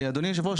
אדוני יושב הראש,